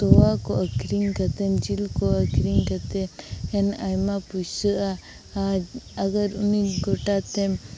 ᱛᱚᱣᱟ ᱠᱚ ᱟᱹᱠᱷᱨᱤᱧ ᱠᱟᱛᱮᱫ ᱡᱤᱞ ᱠᱚ ᱟᱹᱠᱷᱨᱤᱧ ᱠᱟᱛᱮᱫ ᱮᱱ ᱟᱭᱢᱟ ᱯᱩᱭᱥᱟᱹᱜᱼᱟ ᱟᱨ ᱟᱜᱟᱨ ᱩᱱᱤ ᱜᱚᱴᱟᱛᱮᱢ